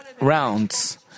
rounds